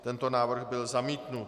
Tento návrh byl zamítnut.